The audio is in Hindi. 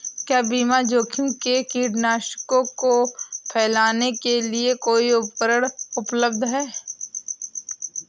क्या बिना जोखिम के कीटनाशकों को फैलाने के लिए कोई उपकरण उपलब्ध है?